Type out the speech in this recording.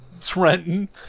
Trenton